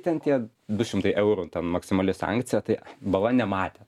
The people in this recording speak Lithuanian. ten tie du šimtai eurų maksimali sankcija tai bala nematė